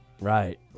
Right